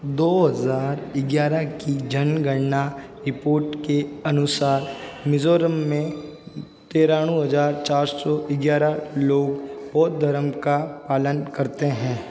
दौ हज़ार ग्यारह की जनगणना रिपोर्ट के अनुसार मिजोरम में तिरानवे हज़ार चार सौ ग्यारह लोग बौद्ध धर्म का पालन करते हैं